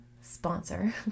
sponsor